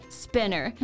spinner